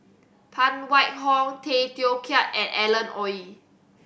Phan Wait Hong Tay Teow Kiat and Alan Oei